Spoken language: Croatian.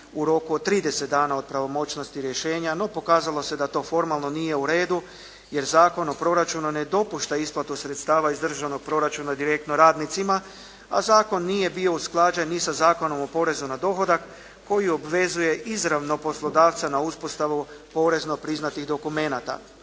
trideset dana od pravomoćnosti rješenja, no pokazalo se da to formalno nije u redu jer Zakon o proračunu ne dopušta isplatu sredstava iz državnog proračuna direktno radnicima a zakon nije bio usklađen ni sa Zakonom o porezu na dohodak koji obvezuje izravno poslodavca na uspostavu porezno priznatih dokumenata.